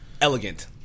Elegant